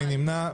מי נמנע?